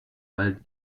weil